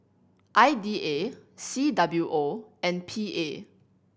I D A C W O and P A